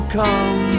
come